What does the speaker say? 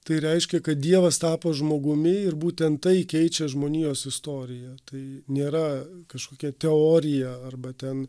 tai reiškia kad dievas tapo žmogumi ir būtent tai keičia žmonijos istoriją tai nėra kažkokia teorija arba ten